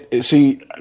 see